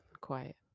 quiet